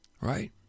right